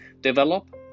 develop